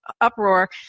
uproar